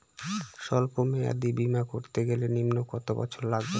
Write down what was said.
সল্প মেয়াদী বীমা করতে গেলে নিম্ন কত বছর লাগে?